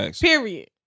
Period